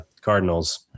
Cardinals